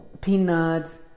peanuts